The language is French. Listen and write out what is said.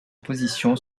position